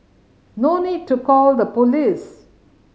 no need to call the police